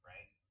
Right